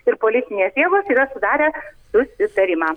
ir politinės jėgos yra sudarę susitarimą